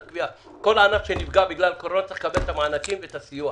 כל ענף שנפגע בגלל הקורונה צריך לקבל את המענקים והסיוע.